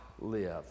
live